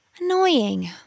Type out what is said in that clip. Annoying